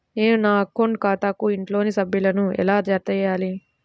నేను నా అకౌంట్ ఖాతాకు ఇంట్లోని సభ్యులను ఎలా జతచేయాలి?